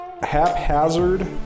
haphazard